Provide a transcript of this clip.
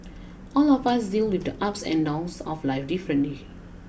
all of us deal with the ups and downs of life differently